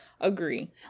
agree